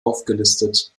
aufgelistet